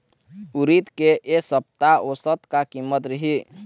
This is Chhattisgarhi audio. उरीद के ए सप्ता औसत का कीमत रिही?